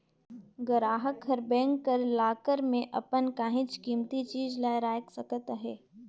गराहक हर बेंक कर लाकर में अपन काहींच कीमती चीज ल राएख सकत अहे